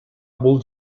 бул